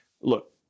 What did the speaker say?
Look